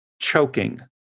choking